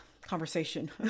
conversation